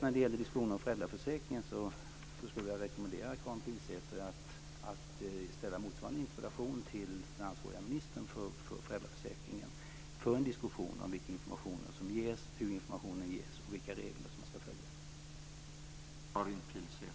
När det gäller föräldraförsäkringen skulle jag vilja rekommendera Karin Pilsäter att ställa motsvarande interpellation till den för föräldraförsäkringen ansvariga ministern för en diskussion om vilken information som ges, hur informationen ges och vilka regler som man ska följa.